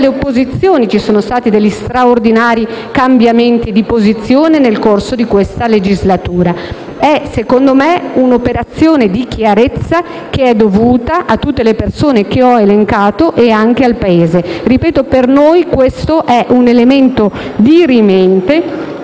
le opposizioni, ci sono stati degli straordinari cambiamenti di posizione nel corso della legislatura. È, secondo me, un'operazione di chiarezza doverosa nei confronti di tutte le persone che ho elencato e anche del Paese. Per noi questo è un elemento dirimente